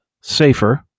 safer